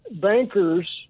bankers